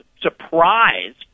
surprised